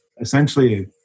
essentially